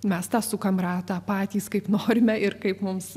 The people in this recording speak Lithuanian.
mes tą sukam ratą patys kaip norime ir kaip mums